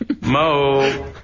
Mo